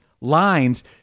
lines